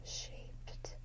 shaped